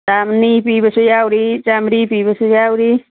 ꯆꯥꯅꯤ ꯄꯤꯕꯁꯨ ꯌꯥꯎꯔꯤ ꯆꯥꯝꯃꯔꯤ ꯄꯤꯕꯁꯨ ꯌꯥꯎꯔꯤ